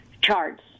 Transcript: charts